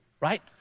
right